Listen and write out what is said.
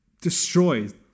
destroyed